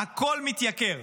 הכול מתייקר.